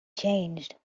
changed